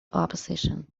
opposition